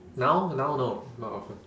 now now no not often